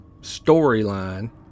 storyline